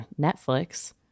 Netflix